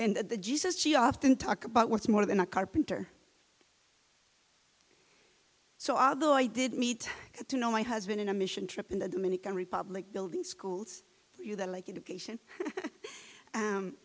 the jesus she often talk about what's more than a carpenter so although i did need to know my husband in a mission trip in the dominican republic building schools you that like